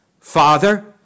Father